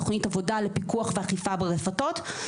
תוכנית עבודה לפיקוח ואכיפה ברפתות.